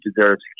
deserves